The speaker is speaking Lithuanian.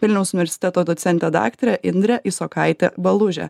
vilniaus universiteto docente daktare indre isokaite valuže